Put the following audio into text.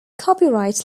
copyright